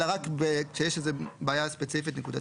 אלא רק כשיש איזו בעיה ספציפית נקודתית.